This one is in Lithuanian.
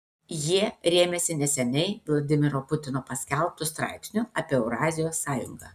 jie rėmėsi neseniai vladimiro putino paskelbtu straipsniu apie eurazijos sąjungą